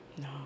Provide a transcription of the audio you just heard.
No